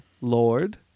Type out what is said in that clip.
Lord